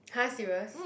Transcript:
!huh! serious